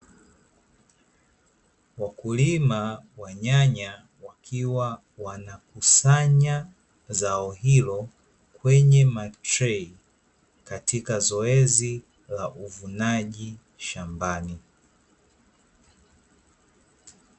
Wakulima wa nyanya wakiwa wanakusanya zao hilo kwenye matrei, katika zoezi la uvunaji shambani.